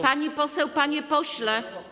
Pani poseł i panie pośle!